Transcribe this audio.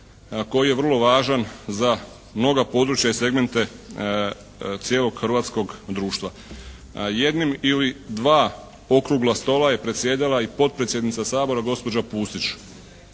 koji je vrlo važan za mnoga područja i segmente cijelog hrvatskog društva. Jednim ili dva okrugla stola je predsjedala i potpredsjednica Sabora gospođa Pusić.